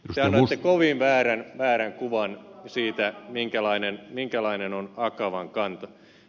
te annatte kovin väärän kuvan siitä minkälainen on akavan kanta